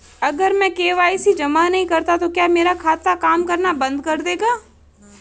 अगर मैं के.वाई.सी जमा नहीं करता तो क्या मेरा खाता काम करना बंद कर देगा?